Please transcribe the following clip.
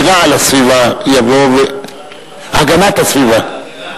והגנת הסביבה.